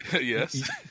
Yes